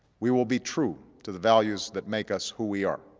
we will be true to the values that make us who we are.